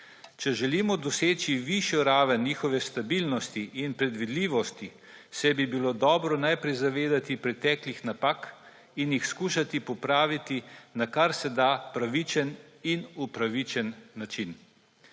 Če želimo doseči višjo raven njihove stabilnosti in predvidljivosti, bi se bilo dobro najprej zavedati preteklih napak in jih skušati popraviti na karseda pravičen in upravičen način.